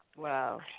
Wow